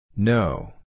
No